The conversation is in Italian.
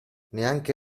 neanche